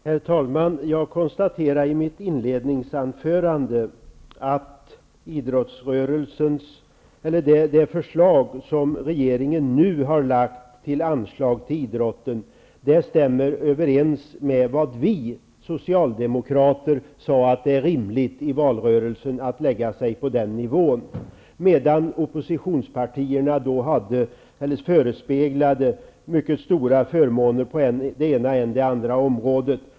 Herr talman! Jag konstaterade i mitt inledningsanförande att det förslag som regeringen nu har lagt fram om anslag till idrotten stämmer överens med vad vi socialdemokrater i valrörelsen sade är en rimlig nivå, medan oppositionspartierna förespeglade mycket stora förmåner på än det ena, än det andra området.